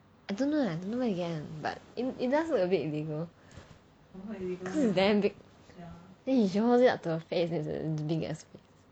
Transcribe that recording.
I don't know where he get [one] but it does look a bit illegal cause it's damn big then he holds it up to his face and it's as big as